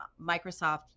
Microsoft